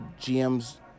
GM's